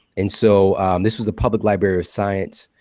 and so this was the public library of science,